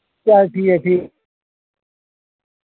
चल ठीक ऐ ठीक